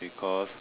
because